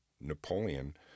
Napoleon